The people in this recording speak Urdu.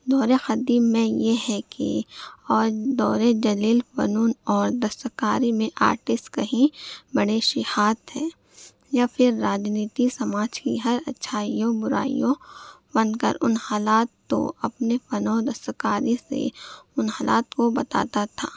دور قدیم میں یہ ہے کہ اور دور جدید فنون اور دستکاری میں آرٹسٹ کہیں منیشہات تھے یا پھر راجنیتی سماج کی ہر اچھائیوں برائیوں بن کر ان حالاتوں اپنے فن و دستکاری سے ان حالات کو بتاتا تھا